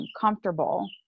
comfortable